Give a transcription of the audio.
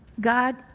God